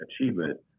achievement